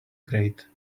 grate